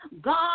God